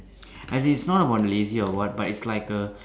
as in its not about lazy or what but is like a